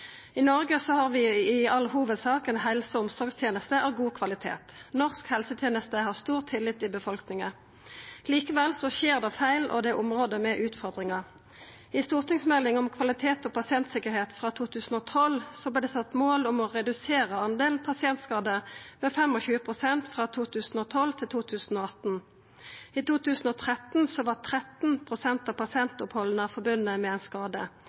I Noreg har vi i all hovudsak ei helse- og omsorgsteneste av god kvalitet. Norsk helseteneste har stor tillit i befolkninga. Likevel skjer det feil, og det er område med utfordringar. I stortingsmeldinga om kvalitet og pasientsikkerheit frå 2012 vart det sett mål om å redusera pasientskadane med 25 pst. frå 2012 til 2018. I 2013 var 13 pst. av pasientopphalda knytte til ein skade.